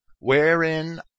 Wherein